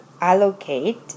allocate